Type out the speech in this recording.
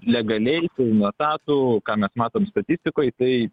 legaliai pilnu etatu ką mes matom statistikoj tai